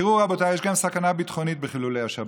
תראו, רבותיי, יש סכנה ביטחונית בחילולי השבת.